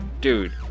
dude